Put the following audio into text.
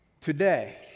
today